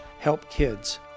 helpkids